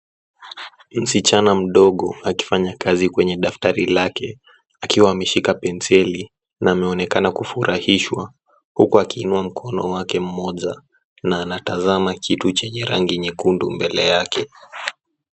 Msichana mdogo akifanya kazi kwenye daftari lake, akiwa ameshika penseli na ameonekana kufurahishwa, huku akiinua mkono wake mmoja na anatazama kitu chenye rangi nyekundu mbele yake.